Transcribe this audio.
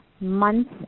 months